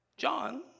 John